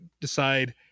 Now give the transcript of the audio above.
decide